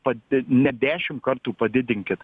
pasi ne dešimt kartų padidinkit